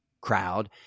crowd